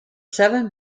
seven